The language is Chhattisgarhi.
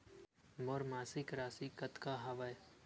मोर मासिक राशि कतका हवय?